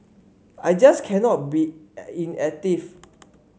I just cannot be inactive